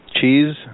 Cheese